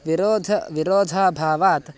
विरोध विरोधाभावात्